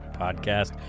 Podcast